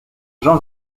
jean